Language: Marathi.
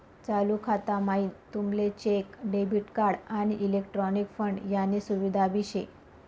चालू खाता म्हाईन तुमले चेक, डेबिट कार्ड, आणि इलेक्ट्रॉनिक फंड यानी सुविधा भी शे